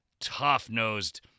tough-nosed